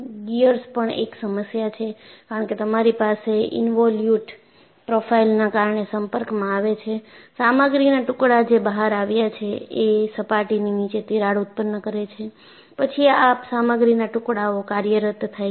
gears પણ એક સમસ્યા છે કારણ કે તમારી પાસે ઇન્વોલ્યુટ પ્રોફાઇલના કારણે સંપર્કમાં આવે છે સામગ્રીના ટુકડા જે બહાર આવ્યા એ સપાટીની નીચે તિરાડ ઉત્પન્ન કરે છે પછી આ સામગ્રીના ટુકડાઓ કાર્યરત થાય છે